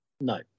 No